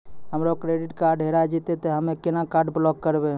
हमरो credit card हेरा जेतै ते हम्मय केना कार्ड ब्लॉक करबै?